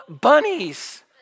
bunnies